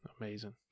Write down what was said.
amazing